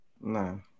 No